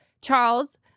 Charles